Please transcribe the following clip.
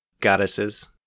goddesses